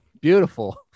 beautiful